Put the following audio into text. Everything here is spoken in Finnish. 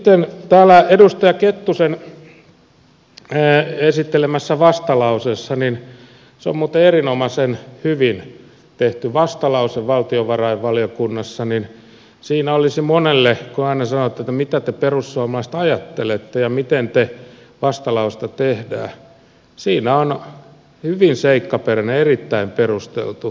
sitten täällä edustaja kettusen esittelemässä vastalauseessa se on muuten erinomaisen hyvin tehty vastalause valtiovarainvaliokunnassa olisi monelle kun aina sanotte että mitä te perussuomalaiset ajattelette ja miten vastalausetta tehdään hyvin seikkaperäinen ja erittäin perusteltu toinen näkemys